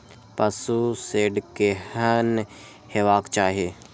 पशु शेड केहन हेबाक चाही?